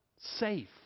Safe